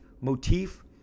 motif